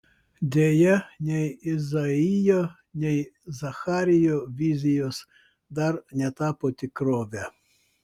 deja nei izaijo nei zacharijo vizijos dar netapo tikrove